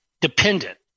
dependent